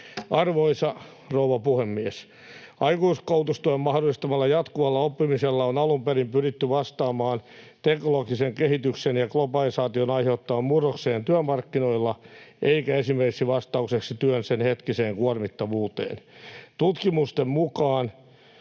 Arvoisa rouva puhemies! Aikuiskoulutustuen mahdollistamalla jatkuvalla oppimisella on alun perin pyritty vastaamaan teknologisen kehityksen ja globalisaation aiheuttamaan murrokseen työmarkkinoilla, eikä esimerkiksi vastaukseksi työn senhetkiseen kuormittavuuteen. Tästä on